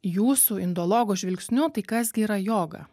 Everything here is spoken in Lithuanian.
jūsų indologo žvilgsniu tai kas gi yra joga